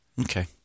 Okay